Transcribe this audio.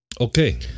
Okay